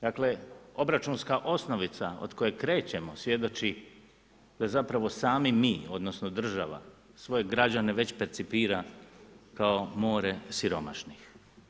Dakle obračunska osnovica od koje krećemo svjedoči da sami mi, odnosno država, svoje građane već percipira kao more siromašnih.